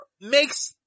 makes